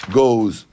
goes